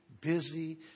busy